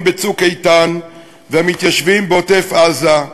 ב"צוק איתן" והמתיישבים בעוטף-עזה,